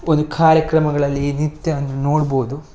ಒಂದು ಕಾರ್ಯಕ್ರಮಗಳಲ್ಲಿ ನಿತ್ಯವನ್ನು ನೋಡ್ಬೋದು